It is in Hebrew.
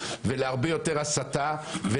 הסתה,